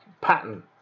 pattern